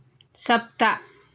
सप्त